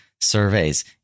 surveys